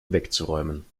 wegzuräumen